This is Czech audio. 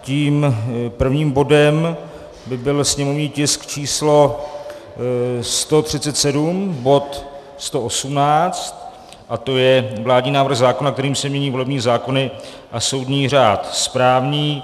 Tím prvním bodem by byl sněmovní tisk číslo 137, bod 118, a to je vládní návrh zákona, kterým se mění volební zákony a soudní řád správní.